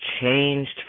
Changed